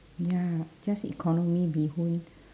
ya just economy bee hoon